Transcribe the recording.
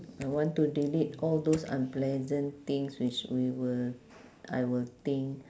I want to delete all those unpleasant things which we will I will think